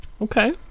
Okay